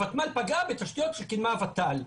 הוותמ"ל פגע בתשתיות שאישרה הוות"ל.